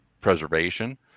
preservation